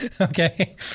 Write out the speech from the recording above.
Okay